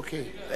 אוקיי.